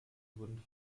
wurden